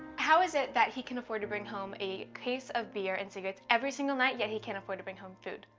how is it that he can afford to bring home a case of beer and cigarettes every single night, yet he can't afford to bring home food?